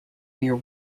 near